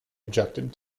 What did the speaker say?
objected